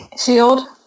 Shield